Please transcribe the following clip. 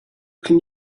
can